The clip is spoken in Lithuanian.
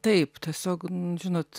taip tiesiog žinot